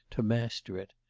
to master it.